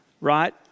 right